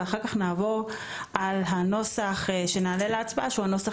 ואחר כך נעבור על הנוסח שנעלה להצבעה שהוא הנוסח